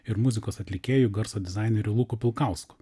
ir muzikos atlikėju garso dizaineriu luku pilkausku